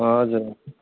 हजुर